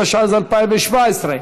התשע"ז 2017,